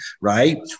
right